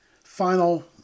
final